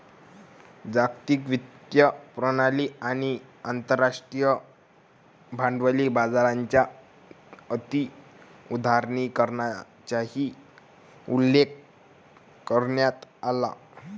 जागतिक वित्तीय प्रणाली आणि आंतरराष्ट्रीय भांडवली बाजाराच्या अति उदारीकरणाचाही उल्लेख करण्यात आला